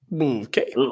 Okay